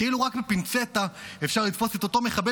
כאילו רק בפינצטה אפשר לתפוס את אותו מחבל